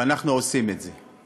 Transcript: ואנחנו עושים את זה.